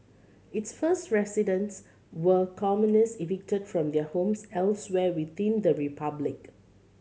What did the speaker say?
its first residents were commoners evicted from their homes elsewhere within the republic